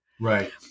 Right